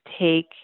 take